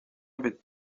بدید